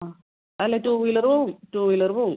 ആ അല്ല two wheeler പോവും ടൂ വീലറ് പോവും